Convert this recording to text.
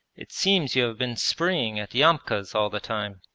it seems you have been spreeing at yamka's all the time.